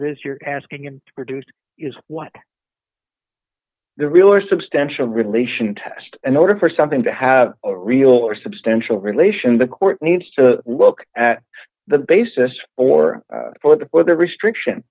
it is you're asking him to produce is what the real or substantial relation test in order for something to have a real or substantial relation the court needs to look at the basis or for the for the restriction